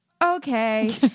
okay